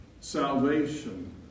salvation